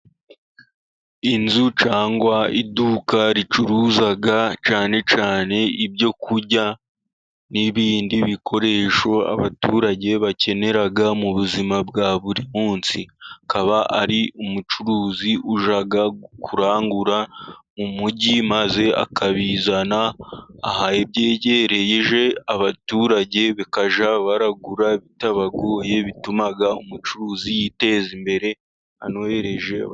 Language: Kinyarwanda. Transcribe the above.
Inzu cyangwa iduka ricuruza cyane cyane ibyo kurya n'ibindi bikoresho abaturage bakenera mu buzima bwa buri munsi. Akaba ari umucuruzi ujyaga kurangura mu mugi, maze akabizana aho abyegereje abaturage, bakajya barangura bitabagoye. Bituma umucuruzi yiteza imbere anohereje...